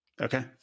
Okay